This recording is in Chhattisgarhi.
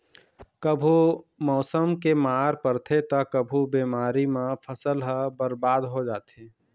कभू मउसम के मार परथे त कभू बेमारी म फसल ह बरबाद हो जाथे